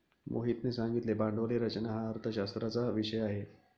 मोहितने सांगितले भांडवली रचना हा अर्थशास्त्राचा विषय आहे